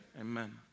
Amen